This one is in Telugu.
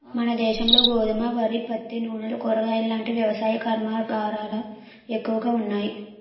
మనదేశంలో గోధుమ, వరి, పత్తి, నూనెలు, కూరగాయలాంటి వ్యవసాయ కర్మాగారాలే ఎక్కువగా ఉన్నాయి